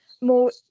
more